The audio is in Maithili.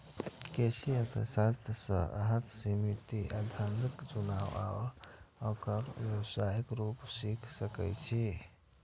कृषि अर्थशास्त्र सं अहां सीमित साधनक चुनाव आ ओकर व्यावहारिक उपयोग सीख सकै छी